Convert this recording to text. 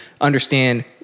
understand